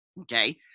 Okay